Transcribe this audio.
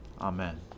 Amen